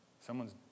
Someone's